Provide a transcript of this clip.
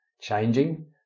changing